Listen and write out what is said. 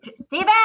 Steven